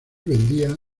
vendía